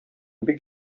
бик